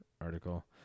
article